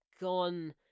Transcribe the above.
gone